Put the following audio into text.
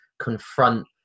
confront